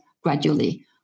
gradually